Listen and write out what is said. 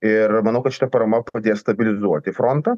ir manau kad šita parama padės stabilizuoti frontą